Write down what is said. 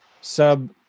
sub